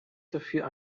dafür